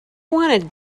wanted